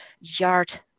yard